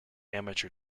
amateur